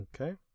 Okay